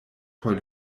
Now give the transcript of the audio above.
por